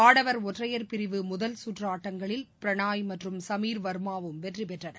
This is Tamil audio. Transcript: ஆடவர் ஒற்றையர் பிரிவு முதல் சுற்றுஆட்டங்களில் பிரனாய் மற்றும் சமீர் வர்மாவும் வெற்றிபெற்றனர்